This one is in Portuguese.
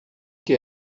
que